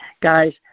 Guys